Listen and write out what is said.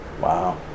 Wow